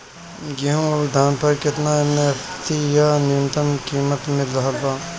गेहूं अउर धान पर केतना एम.एफ.सी या न्यूनतम कीमत मिल रहल बा?